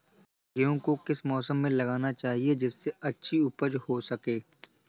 गेहूँ को किस मौसम में लगाना चाहिए जिससे अच्छी उपज हो सके?